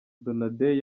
donadei